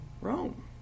Rome